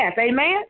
Amen